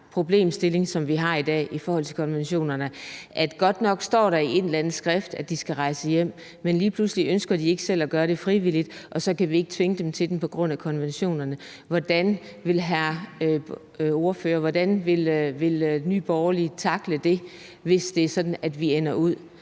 problemstilling, som vi har i dag, i forhold til konventionerne, at godt nok står der i et eller andet skrift, at de skal rejse hjem, men lige pludselig ønsker de ikke selv at gøre det frivilligt, og så kan vi ikke tvinge dem til det på grund af konventionerne. Hvordan vil ordføreren og Nye Borgerlige tackle det, hvis det er sådan, at vi ender ud